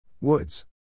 Woods